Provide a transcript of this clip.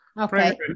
Okay